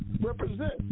represent